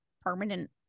permanent